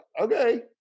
okay